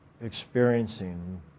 Experiencing